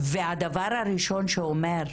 וזה הדבר הראשון שהוא אומר.